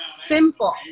simple